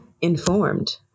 informed